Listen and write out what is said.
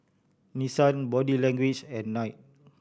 Nissan Body Language and Knight